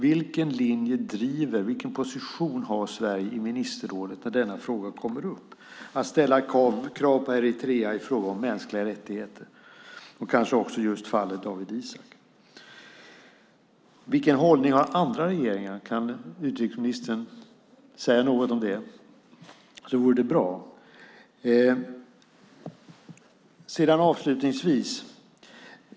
Vilken linje driver Sverige och vilken position har Sverige i ministerrådet när denna fråga kommer upp och när det gäller att ställa krav på Eritrea i fråga om mänskliga rättigheter och kanske också just fallet Dawit Isaak? Vilken hållning har andra regeringar? Det vore bra om utrikesministern kan säga något om det.